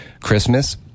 Christmas